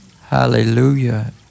Hallelujah